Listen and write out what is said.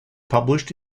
published